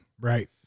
Right